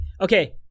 okay